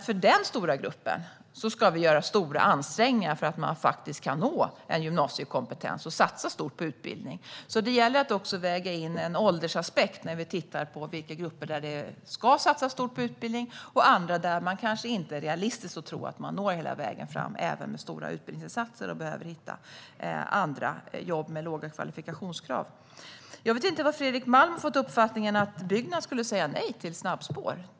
För den stora gruppen ska vi göra stora ansträngningar, så att de faktiskt kan nå en gymnasiekompetens. Vi ska satsa stort på utbildning. Det gäller att också väga in åldersaspekten när vi tittar på för vilka grupper man ska satsa stort på utbildning och för vilka det kanske inte är realistiskt att tro att man når hela vägen fram ens med stora utbildningsinsatser. Där behöver man hitta jobb med låga kvalifikationskrav. Jag vet inte varifrån Fredrik Malm fått uppfattningen att Byggnads skulle säga nej till snabbspår.